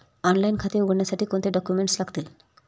Online खाते उघडण्यासाठी कोणते डॉक्युमेंट्स लागतील?